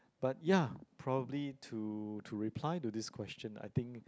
but ya probably to to reply to this question I think